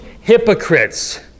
hypocrites